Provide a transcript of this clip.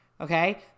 Okay